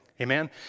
amen